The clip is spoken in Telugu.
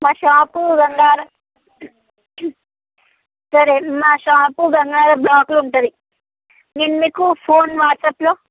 మా షాపు బంగార సరే మా షాపు బంగారం బ్లాక్లో ఉంటుంది నేను మీకు ఫోన్ వాట్సప్లో